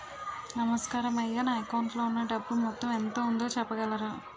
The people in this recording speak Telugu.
నమస్కారం అయ్యా నా అకౌంట్ లో ఉన్నా డబ్బు మొత్తం ఎంత ఉందో చెప్పగలరా?